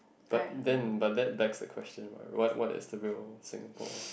but then but that backs the question right what is the real Singapore